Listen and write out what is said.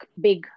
big